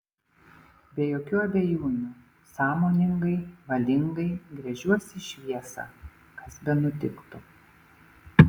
be jokių abejonių sąmoningai valingai gręžiuosi į šviesą kas benutiktų